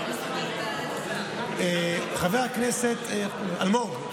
חבר הכנסת אלמוג,